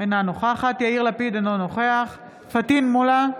אינו נוכחת יאיר לפיד, אינו נוכח פטין מולא,